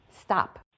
Stop